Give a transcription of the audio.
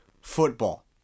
football